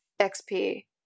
XP